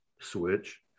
switch